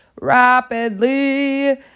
rapidly